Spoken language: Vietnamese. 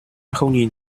nhìn